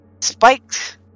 spikes